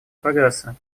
прогресса